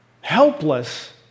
helpless